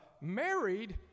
married